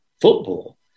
football